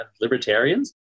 libertarians